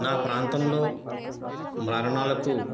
నా ప్రాంతంలో మరణాలకు